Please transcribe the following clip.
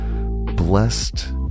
blessed